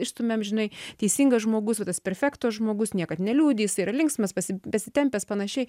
išstumiam amžinai teisingas žmogus va tas perfekto žmogus niekad neliūdi jisai yra linksmas pasi pasitempęs panašiai